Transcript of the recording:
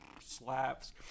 Slaps